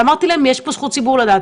אמרתי להם שיש פה את זכות הציבור לדעת,